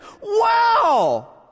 Wow